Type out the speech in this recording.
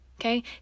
okay